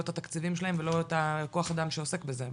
לא את התקציבים שלהם ולא את כוח האדם שעוסק בזה.